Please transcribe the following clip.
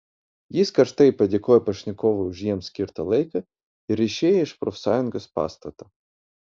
jis karštai padėkojo pašnekovui už jiems skirtą laiką ir išėjo iš profsąjungos pastato